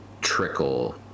trickle